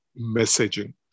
messaging